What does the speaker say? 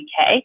uk